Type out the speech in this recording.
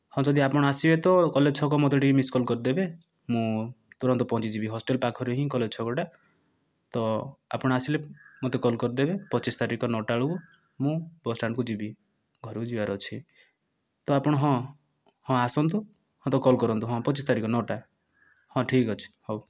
ହଁ ଯଦି ଆପଣ ଆସିବେ ତ କଲେଜ ଛକ ମୋତେ ଟିକେ ମିସ୍ କଲ୍ କରିଦେବେ ମୁଁ ତୁରନ୍ତ ପହଞ୍ଚିଯିବି ହଷ୍ଟେଲ ପାଖରେ ହିଁ କଲେଜ ଛକଟା ତ ଆପଣ ଆସିଲେ ମତେ କଲ୍ କରିଦେବେ ପଚିଶ ତାରିଖ ନଅଟା ବେଳକୁ ମୁ ବସଷ୍ଟାଣ୍ଡକୁ ଯିବି ଘରକୁ ଯିବାର ଅଛି ତ ଆପଣ ହଁ ହଁ ଆସନ୍ତୁ ମତେ କଲ୍ କରନ୍ତୁ ହଁ ପଚିଶ ତାରିଖ ନଅଟା ହଁ ଠିକ ଅଛି ହେଉ